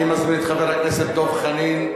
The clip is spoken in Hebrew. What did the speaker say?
אני חושב שהמשך הדיון ייעשה בסיעה שלכם.